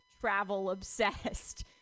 travel-obsessed